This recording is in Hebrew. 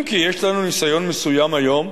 אם כי יש לנו ניסיון מסוים היום,